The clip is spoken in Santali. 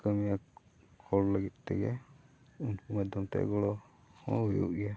ᱠᱟᱹᱢᱤᱭ ᱦᱚᱲ ᱞᱟᱹᱜᱤᱫ ᱛᱮᱜᱮ ᱩᱱᱠᱩ ᱢᱟᱫᱽᱫᱷᱚᱢ ᱛᱮ ᱜᱚᱲᱚ ᱦᱚᱸ ᱦᱩᱭᱩᱜ ᱜᱮᱭᱟ